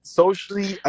socially